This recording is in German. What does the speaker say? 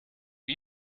wie